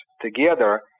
together